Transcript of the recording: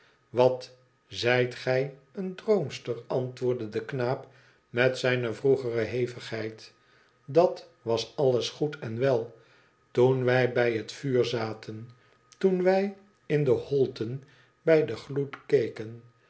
wat zijt gij een droomster antwoordde de knaap met zijne vroegere hevigheid i dat was alles goed en wel toen wij bij het vuur zaten toen wij in de holten bij den gloed keken